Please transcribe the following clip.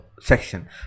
section